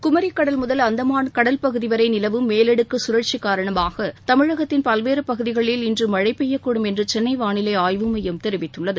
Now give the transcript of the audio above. குமரிக் கடல் முதல் அந்தமான் கடல் பகுதி வரை நிலவும் மேலடுக்கு சுழற்சி காரணமாக தமிழகத்தின் பல்வேறு பகுதிகளில் இன்று மழை பெய்யக்கூடும் என்று சென்னை வாளிலை அய்வு மையம் தெரிவித்துள்ளது